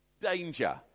danger